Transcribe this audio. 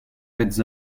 bêtes